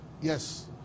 Yes